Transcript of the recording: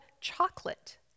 chocolate